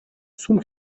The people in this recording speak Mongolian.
сүм